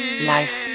Life